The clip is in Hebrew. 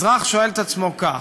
אזרח שואל את עצמו כך: